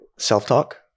Self-talk